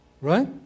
Right